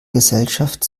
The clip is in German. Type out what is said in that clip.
gesellschaft